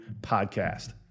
podcast